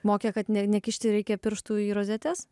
mokė kad ne nekišti reikia pirštų į rozetes